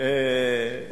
יפה מאוד.